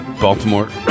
Baltimore